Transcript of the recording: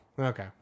Okay